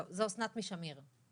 בבקשה.